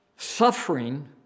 Suffering